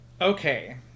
Okay